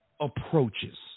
approaches